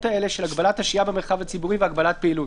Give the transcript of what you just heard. של הגבלת השהייה במרחב הציבורי והגבלת פעילות.